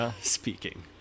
Speaking